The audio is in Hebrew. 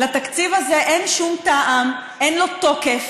לתקציב הזה אין שום טעם, אין לו תוקף,